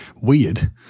weird